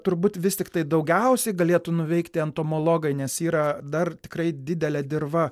turbūt vis tiktai daugiausiai galėtų nuveikti entomologai nes yra dar tikrai didelė dirva